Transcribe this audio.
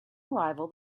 arrival